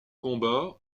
combat